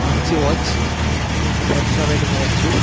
మంచి watch five star rating ఇవ్వచ్చు